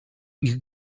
ich